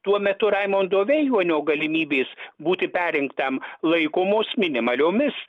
tuo metu raimundo vėjuonio galimybės būti perrinktam laikomos minimaliomis